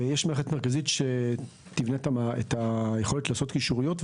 ויש מערכת מרכזית שתבנה את היכולת לעשות קישוריות.